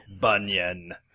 Bunyan